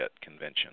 Convention